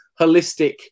holistic